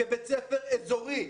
כבית ספר אזורי,